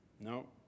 No